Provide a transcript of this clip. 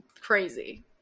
crazy